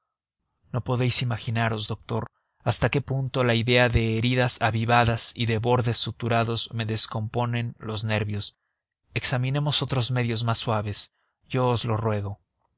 no podéis imaginaros doctor hasta qué punto la idea de heridas avivadas y de bordes suturados me descomponen los nervios examinemos otros medios más suaves yo os lo ruego